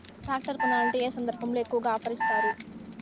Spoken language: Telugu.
టాక్టర్ కొనాలంటే ఏ సందర్భంలో ఎక్కువగా ఆఫర్ ఇస్తారు?